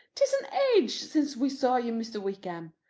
tis an age since we saw you, mr. wickham.